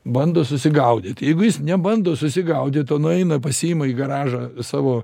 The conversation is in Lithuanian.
bando susigaudyt jeigu jis nebando susigaudyt nueina pasiima į garažą savo